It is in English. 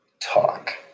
Talk